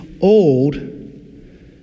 Old